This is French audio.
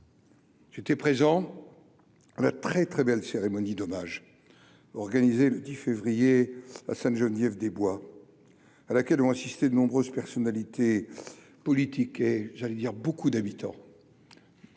J'étais présent le très très belle cérémonie d'hommage organisée le 10 février à Sainte-Geneviève-des-Bois, à laquelle ont assisté de nombreuses personnalités politiques et j'allais dire, beaucoup d'habitants.